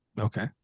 Okay